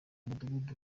mudugudu